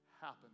Happen